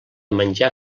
menjar